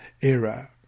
era